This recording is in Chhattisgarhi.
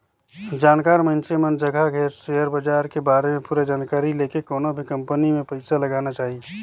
जानकार मइनसे मन जघा सेयर बाजार के बारे में पूरा जानकारी लेके कोनो भी कंपनी मे पइसा लगाना चाही